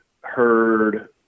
heard